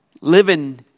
living